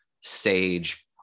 sage